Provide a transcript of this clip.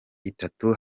itatu